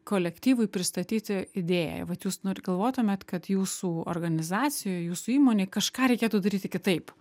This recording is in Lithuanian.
kolektyvui pristatyti idėją vat jūs galvotumėt kad jūsų organizacijoj jūsų įmonėj kažką reikėtų daryti kitaip